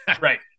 Right